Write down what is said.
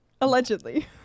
Allegedly